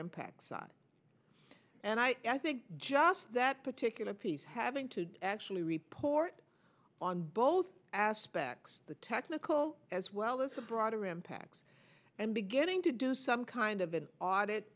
impact side and i think just that particular piece having to actually report on both aspects the technical as well as the broader impacts and beginning to do some kind of an audit